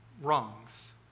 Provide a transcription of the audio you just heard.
Wrongs